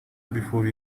before